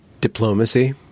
diplomacy